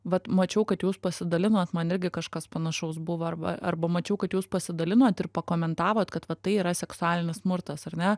vat mačiau kad jūs pasidalinot man irgi kažkas panašaus buvo arba arba mačiau kad jūs pasidalinot ir pakomentavot kad va tai yra seksualinis smurtas ar ne